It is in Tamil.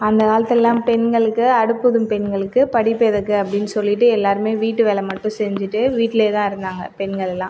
அந்த காலத்துலலாம் பெண்களுக்கு அடுப்பூதும் பெண்களுக்கு படிப்பெதுக்கு அப்படினு சொல்லிட்டு எல்லோருமே வீட்டு வேலை மட்டும் செஞ்சிட்டு வீட்டிலேதான் இருந்தாங்க பெண்கள்லாம்